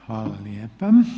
Hvala lijepa.